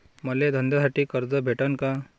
मले धंद्यासाठी कर्ज भेटन का?